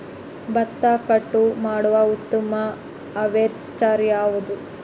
ಭತ್ತ ಕಟಾವು ಮಾಡುವ ಉತ್ತಮ ಹಾರ್ವೇಸ್ಟರ್ ಯಾವುದು?